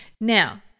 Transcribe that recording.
Now